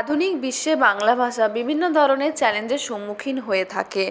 আধুনিক বিশ্বে বাংলা ভাষা বিভিন্ন ধরনের চ্যালেঞ্জের সম্মুখীন হয়ে থাকে